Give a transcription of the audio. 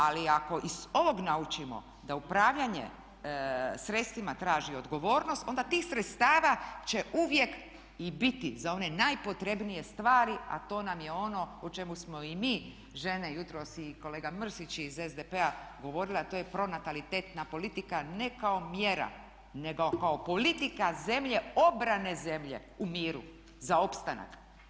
Ali ako iz ovog naučimo da upravljanje sredstvima traži odgovornost, onda tih sredstava će uvijek i biti za one najpotrebnije stvari, a to nam je ono o čemu smo i mi žene jutros i kolega Mrsić iz SDP-a govorili, a to je pronatalitetna politika ne kao mjera, nego kao politika zemlje obrane zemlje u miru za opstanak.